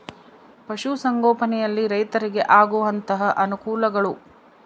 ಪಶುಸಂಗೋಪನೆಯಲ್ಲಿ ರೈತರಿಗೆ ಆಗುವಂತಹ ಅನುಕೂಲಗಳು?